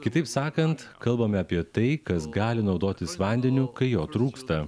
kitaip sakant kalbame apie tai kas gali naudotis vandeniu kai jo trūksta